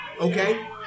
okay